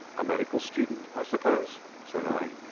a medical student, i suppose? said i.